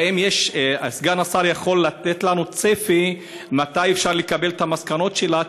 האם סגן השר יכול לתת לנו צפי מתי אפשר לקבל את המסקנות שלה?